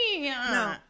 no